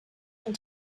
den